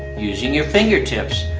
using your fingertips,